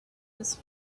was